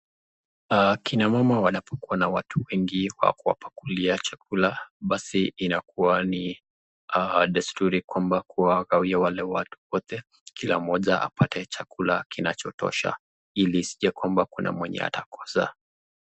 Kina mama wanapokuwa na watu wengi wa kuwapakulia chakula, basi inakuwa ni desturi kwamba kuwagawia wale watu wote, kila moja apate chakula kinachotosha, ili isijekwamba kuna mwenye atakosa.